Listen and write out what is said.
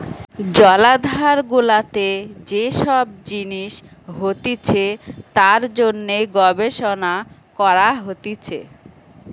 জলাধার গুলাতে যে সব জিনিস হতিছে তার জন্যে গবেষণা করা হতিছে